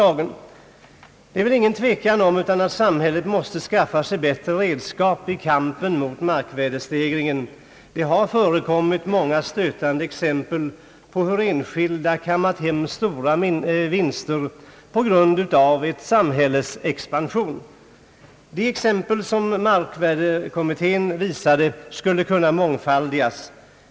Det är väl ingen tvekan om att samhället måste skaffa sig bättre redskap i kampen mot markvärdestegringen. Det har förekommit många stötande exempel på hur enskilda gjort stora vinster på grund av en tätorts expansion. De exempel som markvärdekommittén visade skulle kunna mångfaldigas.